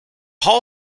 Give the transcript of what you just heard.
hall